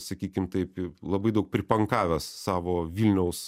sakykim taip labai daug pripankavęs savo vilniaus